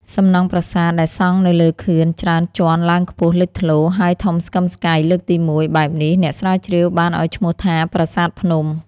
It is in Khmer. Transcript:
សំណង់ប្រាសាទដែលសង់នៅលើខឿនច្រើនជាន់ឡើងខ្ពស់លេចធ្លោ ហើយធំស្កឹមស្កៃលើកទី១ បែបនេះ អ្នកស្រាវជ្រាវបានឲ្យឈ្មោះថា ប្រាសាទភ្នំ ។